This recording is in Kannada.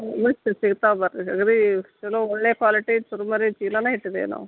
ಇರುತ್ತೆ ಸಿಗ್ತಾವೆ ಬನ್ರಿ ಅಗದಿ ಚಲೋ ಒಳ್ಳೆ ಕ್ವಾಲಿಟಿ ಚುರುಮುರಿ ಚೀಲನೇ ಇಟ್ಟಿದ್ದೀವಿ ನಾವು